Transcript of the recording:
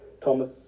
Thomas